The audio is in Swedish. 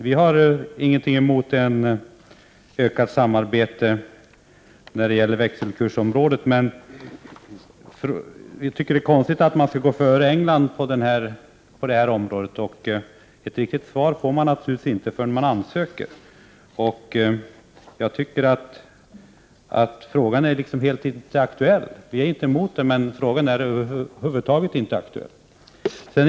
Vi har ingenting emot ett ökat samarbete på växelkursområdet, men tycker att det är konstigt om man skulle gå före England på detta område. Ett riktigt svar får man naturligtvis inte förrän man ansöker. Jag tycker att frågan inte är aktuell. Vi är inte emot det, men frågan är över huvud taget inte aktuell.